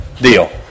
deal